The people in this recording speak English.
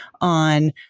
on